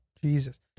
jesus